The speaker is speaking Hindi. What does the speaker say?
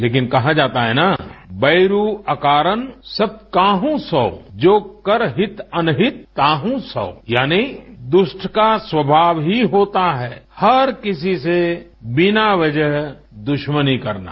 लेकिन कहा जाता है न बैरू अकारण सब काहं सो जो कर हित अनहित पाहुं सो यानी दुष्टल का स्वाभाव ही होता है हर किसी से बिना वजह दुश्मनी करना